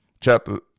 chapter